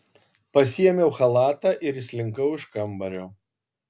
pasiėmiau chalatą ir išslinkau iš kambario